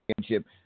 Championship